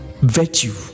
virtue